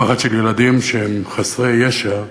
הפחד של ילדים, שהם חסרי ישע.